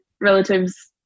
relatives